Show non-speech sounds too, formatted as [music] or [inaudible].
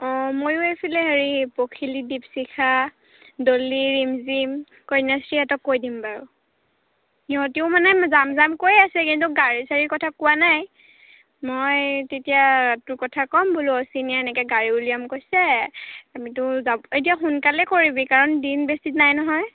অঁ ময়ো আছিলে হেৰি পখিলী দীপচিখা দলি ৰিম জিম কন্যাশ্ৰীহঁতক কৈ দিম বাৰু সিহঁতিও মানে যাম যাম কৈ আছে কিন্তু গাড়ী চাড়ীৰ কথা কোৱা নাই মই তেতিয়া তোৰ কথা ক'ম বোলো [unintelligible] এনেকে গাড়ী উলিয়াম কৈছে আমিতো যাব এতিয়া সোনকালে কৰিবি কাৰণ দিন বেছি নাই নহয়